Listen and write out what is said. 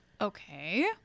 Okay